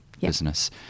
business